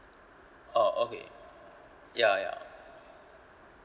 oh okay ya ya